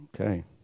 Okay